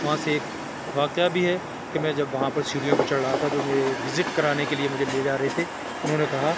وہاں سے ایک واقعہ بھی ہے کہ میں جب وہاں پہ سیڑھیوں پہ چڑھ رہا تھا جو میرے وزٹ کرانے کے لیے مجھے لے جا رہے تھے انہوں نے کہا